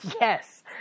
Yes